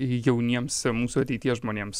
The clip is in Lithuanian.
jauniems mūsų ateities žmonėms